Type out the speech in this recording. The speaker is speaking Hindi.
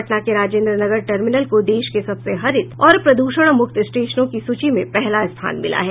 पटना के राजेन्द्र नगर टर्मिनल को देश के सबसे हरित और प्रद्षण मुक्त स्टेशनों के सूची में पहला स्थान मिला है